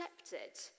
accepted